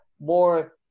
more